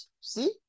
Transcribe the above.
See